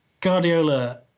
Guardiola